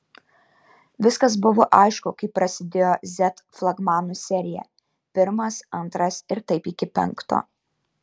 viskas buvo aišku kai prasidėjo z flagmanų serija pirmas antras ir taip iki penkto